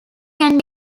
can